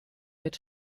mit